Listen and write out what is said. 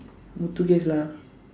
Muthuges lah